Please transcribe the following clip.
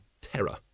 terror